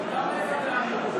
גם לגבי,